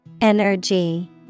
Energy